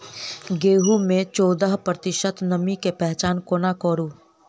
गेंहूँ मे चौदह प्रतिशत नमी केँ पहचान कोना करू?